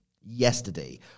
yesterday